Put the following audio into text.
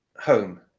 Home